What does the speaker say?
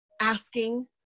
Asking